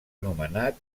anomenat